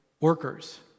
workers